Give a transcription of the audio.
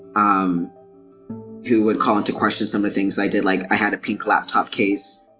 um who would call into question some of the things i did like, i had a pink laptop case,